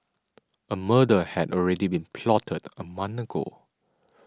a murder had already been plotted a month ago